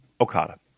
Okada